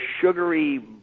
sugary